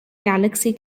galaxy